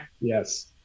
Yes